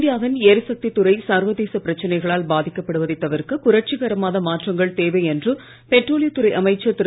இந்தியாவின் எரிசக்தித் சர்வதேச பிரச்சனைகளால் துறை பாதிக்கப்படுவதை தவிர்க்க புரட்சிகரமான மாற்றங்கள் தேவை என்று பெட்ரோலியத்துறை அமைச்சர் திரு